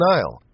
Nile